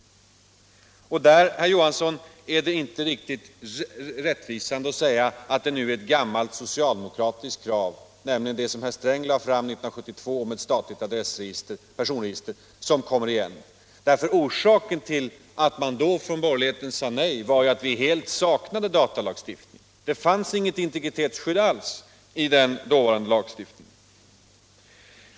Och där, herr Johansson, är det inte rättvisande att säga att det nu är ett gammalt socialdemokratiskt krav, nämligen det som herr Sträng lade fram 1972 om ett statligt personregister, som kommer igen. Orsaken till att vi då ifrån borgerligheten sade nej var att vi helt saknade datalagstiftning. Det fanns inget integritetsskydd alls i den dåvarande lagstiftningen.